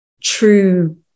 true